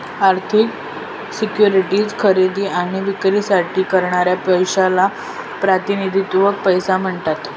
आर्थिक सिक्युरिटीज खरेदी आणि विक्रीसाठी लागणाऱ्या पैशाला प्रातिनिधिक पैसा म्हणतात